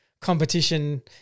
competition